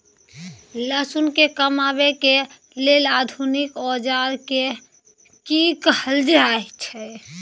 लहसुन के कमाबै के लेल आधुनिक औजार के कि कहल जाय छै?